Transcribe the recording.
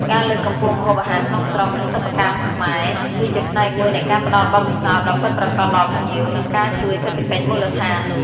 ការលើកកម្ពស់ម្ហូបអាហារក្នុងស្រុក និងសិប្បកម្មខ្មែរ គឺជាផ្នែកមួយនៃការផ្តល់បទពិសោធន៍ដ៏ពិតប្រាកដដល់ភ្ញៀវ និងការជួយសេដ្ឋកិច្ចមូលដ្ឋាន។